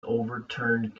overturned